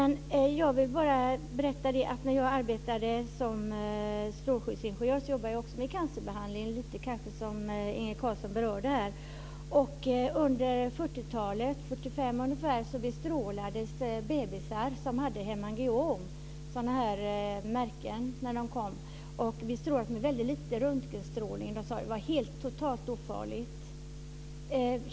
När jag arbetade som strålskyddsingenjör jobbade jag också med cancerbehandling - lite som det Inge Carlsson berörde här. Omkring 1945 bestrålades bebisar som hade hemangiom - dessa märken. De bestrålades med lite röntgenstrålning, och det sades vara helt ofarligt.